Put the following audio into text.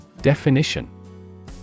Definition